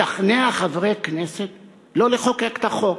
לשכנע חברי כנסת לא לחוקק את החוק.